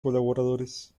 colaboradores